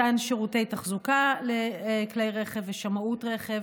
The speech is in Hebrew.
מתן שירותי תחזוקה לכלי רכב ושמאות רכב,